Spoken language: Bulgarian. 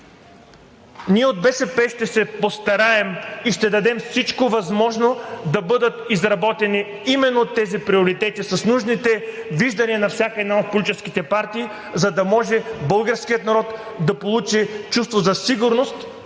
Ние от БСП ще се постараем и ще дадем всичко възможно да бъдат изработени именно тези приоритети с нужните виждания на всяка една от политическите партии, за да може българският народ да получи чувство за сигурност,